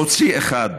להוציא אחד,